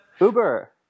Uber